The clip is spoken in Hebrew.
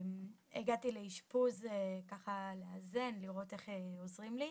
הגעתי לאשפוז ככה לאזן, לראות איך עוזרים לי,